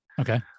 okay